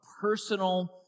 personal